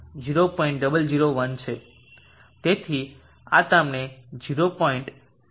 તેથી આ તમને 0